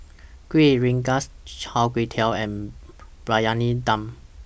Kuih Rengas Char Kway Teow and Briyani Dum